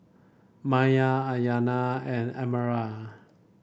Meyer Aryanna and Emerald